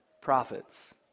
profits